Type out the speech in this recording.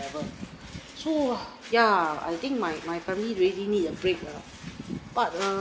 travel so ya I think my my family already need a break ah but